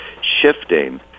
shifting